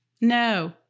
No